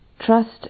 Trust